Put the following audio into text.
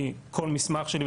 כל מסמך שלי,